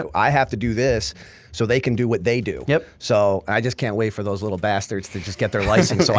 so i have to do this so they can do what they do. yeah so i just can't wait for those little bastards to just get their license so